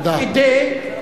תודה.